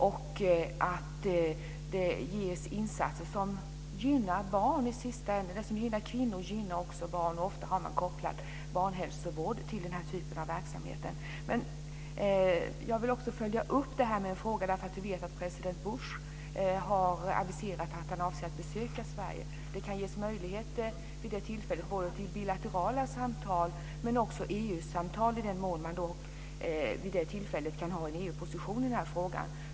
Det är fråga om insatser som i sista hand gynnar barn. Det som gynnar kvinnor gynnar också barn. Ofta har barnhälsovård kopplats till den typen av verksamheter. Jag vill följa upp detta med en fråga. Vi vet att president Bush har aviserat att han avser att besöka Sverige. Det kan vid det tillfället ges möjligheter till både bilaterala samtal, men också EU-samtal i den mån man vid det tillfället kan ha en EU-position i frågan.